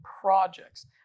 projects